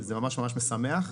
זה ממש ממש משמח.